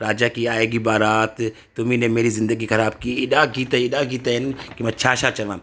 राजा की आएगी बारात तुम ई ने मेरी ज़िंदगी ख़राब की है एॾा गीत एॾा गीत आहिनि की मां छा छा चवा